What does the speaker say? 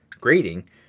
grading